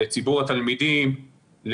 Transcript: לציבור התלמידים,